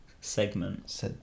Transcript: Segment